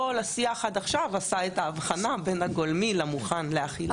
כל השיח עד עכשיו עשה את ההבחנה בין הגולמי למוכן לאכילה.